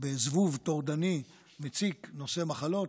בזבוב טורדני, מציק ונושא מחלות,